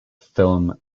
film